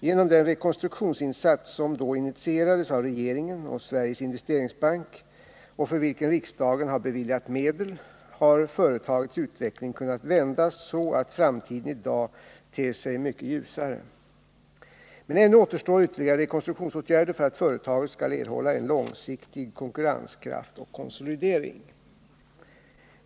Genom den rekonstruktionsinsats som då initierades av regeringen och Sveriges Investeringsbank och för vilken riksdagen har beviljat medel, har företagets utveckling kunnat vändas så att framtiden i dag ter sig mycket ljusare. Men ännu återstår ytterligare rekonstruktionsåtgärder för att företaget skall erhålla en långsiktig konkurrenskraft och konsolidering.